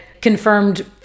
confirmed